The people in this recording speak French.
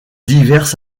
diverses